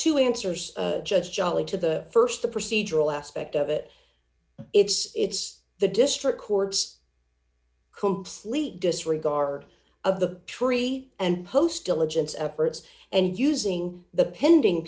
two answers judge jolley to the st the procedural aspect of it it's the district court's complete disregard of the tree and post diligence efforts and using the pending